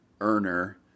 earner